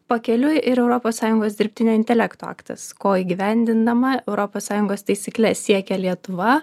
pakeliui ir europos sąjungos dirbtinio intelekto aktas ko įgyvendindama europos sąjungos taisykles siekia lietuva